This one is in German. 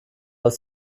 aus